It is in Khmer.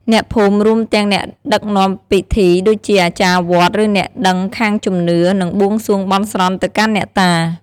អ្នកភូមិ រួមទាំងអ្នកដឹកនាំពិធី ដូចជាអាចារ្យវត្ត ឬអ្នកដឹងខាងជំនឿ នឹងបួងសួងបន់ស្រន់ទៅកាន់អ្នកតា។